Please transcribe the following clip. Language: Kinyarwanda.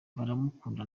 baramukunda